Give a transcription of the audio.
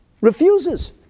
refuses